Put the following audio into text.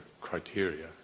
criteria